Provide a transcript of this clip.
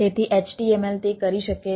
તેથી html તે કરી શકે છે